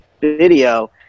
video